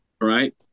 right